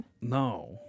No